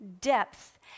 depth